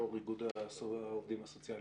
יושבת ראש העובדים הסוציאליים.